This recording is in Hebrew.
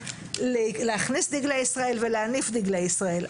להכניס דגלי ישראל ולהניף דגלי ישראל.